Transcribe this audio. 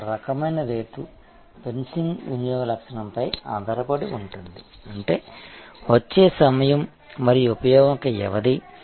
మరొక రకమైన rate fencing వినియోగ లక్షణాలపై ఆధారపడి ఉంటుంది అంటే వచ్చే సమయం మరియు ఉపయోగం యొక్క వ్యవధి